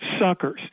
suckers